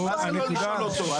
שואלים אותו.